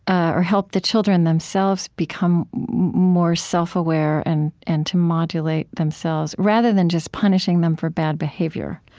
ah or help the children themselves become more self-aware and and to modulate themselves, rather than just punishing them for bad behavior